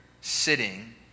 sitting